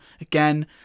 Again